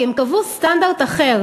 כי הם קבעו סטנדרט אחר.